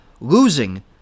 losing